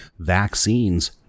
Vaccines